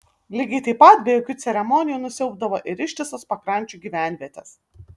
lygiai taip pat be jokių ceremonijų nusiaubdavo ir ištisas pakrančių gyvenvietes